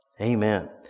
Amen